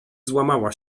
złamała